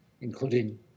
including